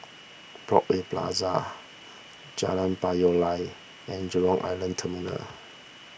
Broadway Plaza Jalan Payoh Lai and Jurong Island Terminal